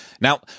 now